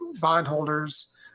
bondholders